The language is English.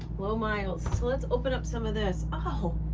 low miles, so let's open up some of this, oh,